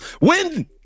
win